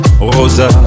Rosa